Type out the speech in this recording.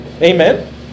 Amen